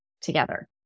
together